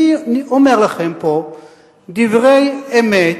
אני אומר לכם פה דברי אמת,